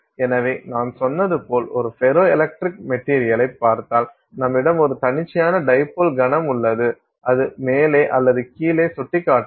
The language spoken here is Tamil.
எனவே நான் சொன்னது போல் ஒரு ஃபெரோ எலக்ட்ரிக் மெட்டீரியல்ளைப் பார்த்தால் நம்மிடம் ஒரு தன்னிச்சையான டைப்போல் கணம் உள்ளது அது மேலே அல்லது கீழே சுட்டிக்காட்டலாம்